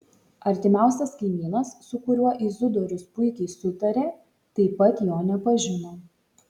artimiausias kaimynas su kuriuo izidorius puikiai sutarė taip pat jo nepažino